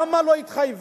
למה לא עמדה?